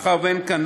מאחר שאין כאן,